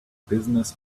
business